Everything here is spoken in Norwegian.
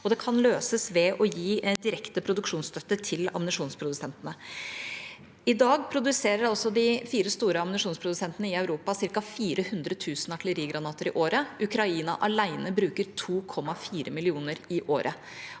det kan løses ved å gi en direkte produksjonsstøtte til ammunisjonsprodusentene. I dag produserer de fire store ammunisjonsprodusentene i Europa ca. 400 000 artillerigranater i året. Ukraina alene bruker 2,4 millioner i året.